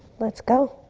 let's go.